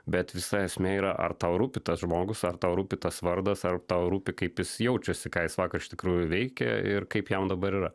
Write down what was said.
bet visa esmė yra ar tau rūpi tas žmogus ar tau rūpi tas vardas ar tau rūpi kaip jis jaučiasi ką jis vakar iš tikrųjų veikė ir kaip jam dabar yra